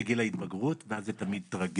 זה גיל ההתבגרות ואז זה תמיד טרגדיה